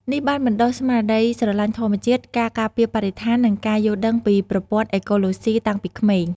នេះបានបណ្តុះ ស្មារតីស្រឡាញ់ធម្មជាតិ ការការពារបរិស្ថាន និងការយល់ដឹងពីប្រព័ន្ធអេកូឡូស៊ីតាំងពីក្មេង។